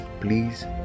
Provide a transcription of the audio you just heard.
please